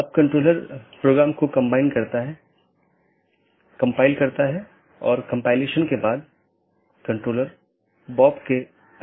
जो हम चर्चा कर रहे थे कि हमारे पास कई BGP राउटर हैं